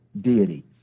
deity